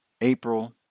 April